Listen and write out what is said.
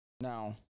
Now